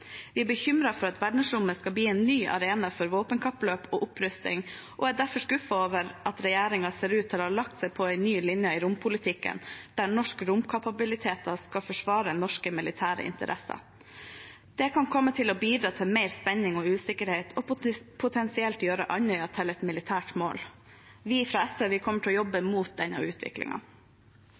Vi er bekymret for at verdensrommet skal bli en ny arena for våpenkappløp og opprusting, og er derfor skuffet over at regjeringen ser ut til å ha lagt seg på en ny linje i rompolitikken der norske romkapabiliteter skal forsvare norske militære interesser. Det kan komme til å bidra til mer spenning og usikkerhet og potensielt gjøre Andøya til et militært mål. Vi fra SV kommer til å jobbe mot denne